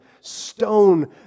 stone